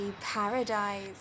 Paradise